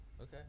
okay